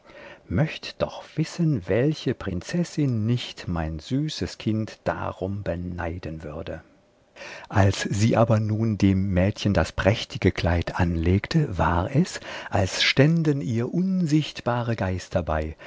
möcht doch wissen welche prinzessin nicht mein süßes kind darum beneiden würde als sie aber nun dem mädchen das prächtige kleid anlegte war es als ständen ihr unsichtbare geister